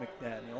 McDaniel